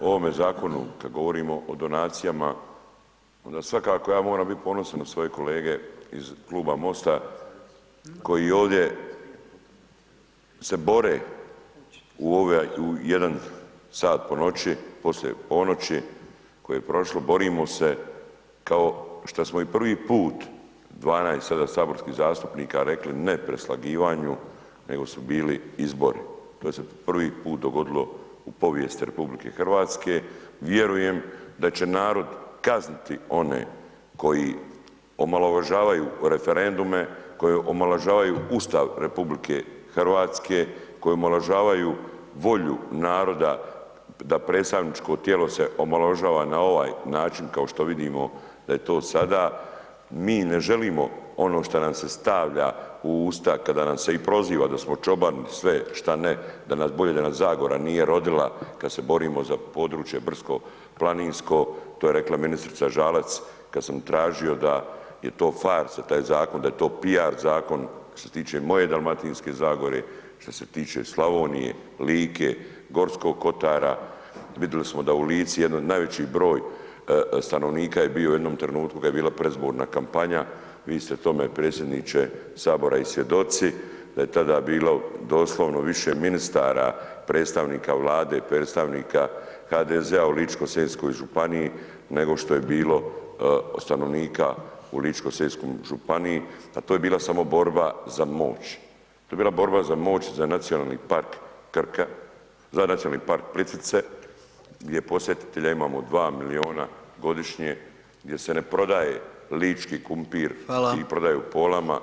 o ovome zakonu, kad govorimo o donacijama, onda svakako ja moram bit ponosan na svoje kolege iz Kluba MOST-a koji ovdje se bore u jedan sat po noći, poslije ponoći koji je prošlo, borimo se kao šta smo i prvi put 12 sada saborskih zastupnika rekli ne preslagivanju, nego su bili izbori, to je se prvi put dogodilo u povijesti RH, vjerujem da će narod kazniti one koji omaložavaju referendume, koji omaložavaju Ustav RH, koji omaložavaju volju naroda da predstavničko tijelo se omaložava na ovaj način kao što vidimo da je to sada, mi ne želimo ono šta nam se stavlja u usta kada nas se i proziva da smo čobani, sve šta ne, da nas bolje da nas Zagora nije rodila kad se borimo za područje brdsko planinsko, to je rekla ministrica Žalac kad sam tražio da je to farsa taj zakon, da je to piar zakon što se tiče moje dalmatinske Zagore, šta se tiče Slavonije, Like, Gorskog Kotara, vidili smo da u Lici jedan od najveći broj stanovnika je bio u jednom trenutku kad je bila predizborna kampanja, vi ste tome predsjedniče HS i svjedoci, da je tada bilo doslovno više ministara, predstavnika Vlade, predstavnika HDZ-a u ličko-senjskoj županiji, nego što je bilo stanovnika u ličko-senjskoj županiji, a to je bila samo borba za moć, to je bila borba za moć za Nacionalni park Krka, za Nacionalni park Plitvice, gdje posjetitelja imamo 2 milijuna godišnje, gdje se ne prodaje lički kumpir [[Upadica: Hvala]] i prodaje u polama.